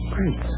Great